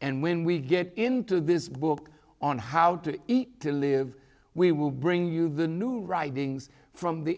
and when we get into this book on how to eat to live we will bring you the new writings from the